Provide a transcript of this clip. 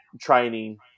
training